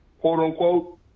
quote-unquote –